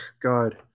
God